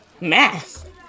math